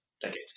decades